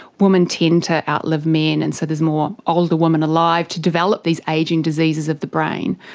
women tend to outlive men, and so there's more older women alive to develop these ageing diseases of the brain.